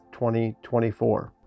2024